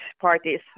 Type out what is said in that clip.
parties